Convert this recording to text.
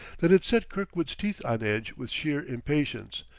that it set kirkwood's teeth on edge with sheer impatience,